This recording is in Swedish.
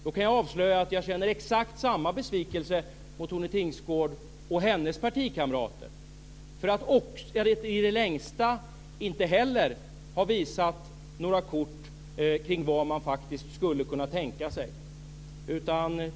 Jag kan avslöja att jag känner exakt samma besvikelse mot Tone Tingsgård och hennes partikamrater för att de i det längsta inte heller har visat några kort kring vad de skulle kunna tänka sig för lösning.